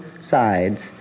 sides